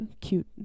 cute